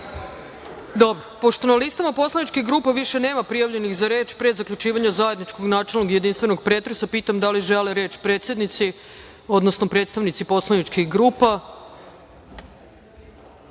sekundi. Pošto na listama poslaničkih grupa više nema prijavljenih za reč, pre zaključivanja zajedničkog načelnog i jedinstvenog pretresa, pitam da li žele reč predsednici, odnosno predstavnici poslaničkih grupa? Reč